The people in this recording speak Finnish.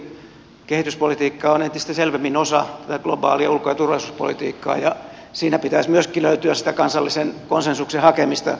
kuitenkin kehityspolitiikka on entistä selvemmin osa tätä globaalia ulko ja turvallisuuspolitiikkaa ja siinä pitäisi myöskin löytyä sitä kansallisen konsensuksen hakemista